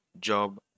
job